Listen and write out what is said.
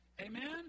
Amen